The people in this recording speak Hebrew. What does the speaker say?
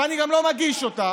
ואני גם לא מגיש אותן.